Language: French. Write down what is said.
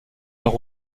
nord